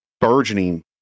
burgeoning